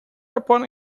upon